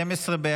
סעיף 1 נתקבל.